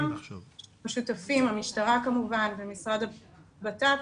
שותפים המשטרה כמובן ומשרד ביטחון פנים,